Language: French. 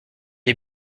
est